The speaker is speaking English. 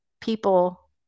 people